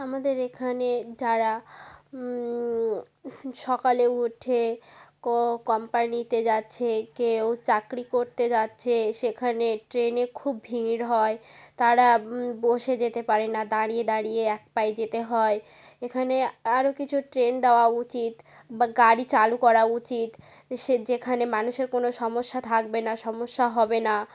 আমাদের এখানে যারা সকালে ওঠে কম্পানিতে যাচ্ছে কেউ চাকরি করতে যাচ্ছে সেখানে ট্রেনে খুব ভিড় হয় তারা বসে যেতে পারে না দাঁড়িয়ে দাঁড়িয়ে এক পায়ে যেতে হয় এখানে আরো কিছু ট্রেন দাওয়া উচিত বা গাড়ি চালু করা উচিত সে যেখানে মানুষের কোনো সমস্যা থাকবে না সমস্যা হবে না